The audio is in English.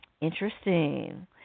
interesting